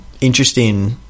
interesting